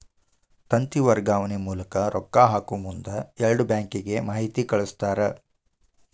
ತಂತಿ ವರ್ಗಾವಣೆ ಮೂಲಕ ರೊಕ್ಕಾ ಹಾಕಮುಂದ ಎರಡು ಬ್ಯಾಂಕಿಗೆ ಮಾಹಿತಿ ಕಳಸ್ತಾರ